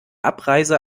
abreise